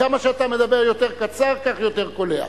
כמה שאתה מדבר יותר קצר, כך יותר קולע.